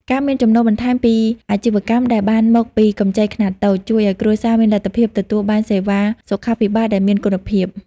ការមានចំណូលបន្ថែមពីអាជីវកម្មដែលបានមកពីកម្ចីខ្នាតតូច ជួយឱ្យគ្រួសារមានលទ្ធភាពទទួលបានសេវាសុខាភិបាលដែលមានគុណភាព។